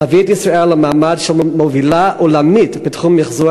להביא את ישראל למעמד של מובילה עולמית בתחום מיחזור